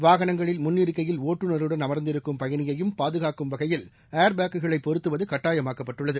வாகனங்களில் முன் இருக்கையில் ஓட்டுனருடன் அமர்ந்திருக்கும் பயனியையும் பாதுகாக்கும் வகையில் பேக்குகளைபொருத்துவதுகட்டாயமாக்கப்பட்டுளளது